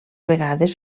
vegades